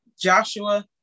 Joshua